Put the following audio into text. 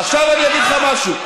עכשיו אני אגיד לך משהו,